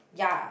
ya